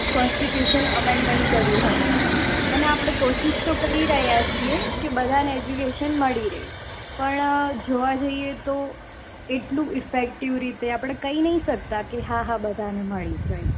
constitution amendment કર્યું હતુ અને આપણે કોશિશ તો કરી રહ્યા છીએ કે બધાંને એજ્યુકેશન મળી રહે પણ જોવા જઇએ તો એટલું ઈફેક્ટિવ રીતે આપણે કહી નથી શકતા કે હા હા બધાને મળી જ રહ્યું છે